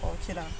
oh okay lah